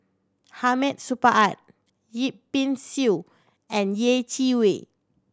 Hamid Supaat Yip Pin Xiu and Yeh Chi Wei